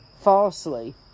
falsely